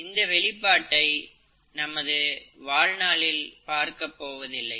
இதன் வெளிப்பாட்டை நமது வாழ்நாளில் பார்க்கப் போவதில்லை